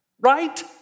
right